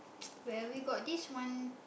where we got this one